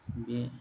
बे